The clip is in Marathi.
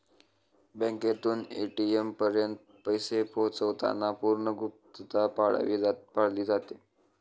बँकेतून ए.टी.एम पर्यंत पैसे पोहोचवताना पूर्ण गुप्तता पाळली जाते